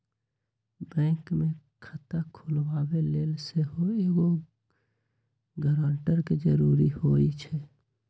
bank में खता खोलबाबे लेल सेहो एगो गरानटर के जरूरी होइ छै